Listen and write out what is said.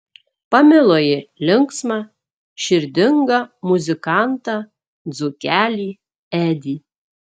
pamilo ji linksmą širdingą muzikantą dzūkelį edį